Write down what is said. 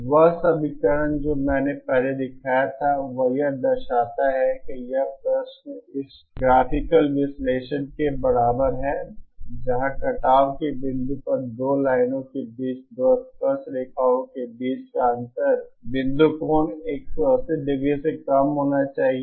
वह समीकरण जो मैंने पहले दिखाया था वह यह दर्शाता है कि यह प्रश्न इस ग्राफिकल विश्लेषण के बराबर है जहां कटाव के बिंदु पर दो लाइनों के बीच दो स्पर्शरेखाओं के बीच का अंतर बिंदु कोण 180 ° से कम होना चाहिए